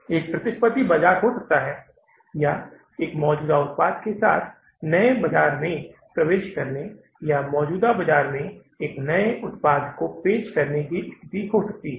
एक प्रतिस्पर्धी बाजार हो सकता है या यह मौजूदा उत्पाद के साथ नए बाजार में प्रवेश करने या मौजूदा बाजार में एक नए उत्पाद को पेश करने की स्थिति हो सकती है